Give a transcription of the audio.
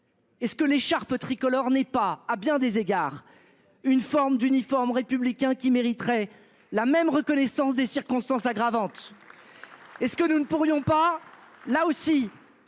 Est ce que l'écharpe tricolore n'est pas à bien des égards. Une forme d'uniformes républicain qui mériteraient la même reconnaissance des circonstances aggravantes. Et ce que nous ne pourrions pas là aussi.